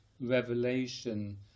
revelation